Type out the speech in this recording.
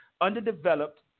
underdeveloped